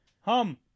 Hum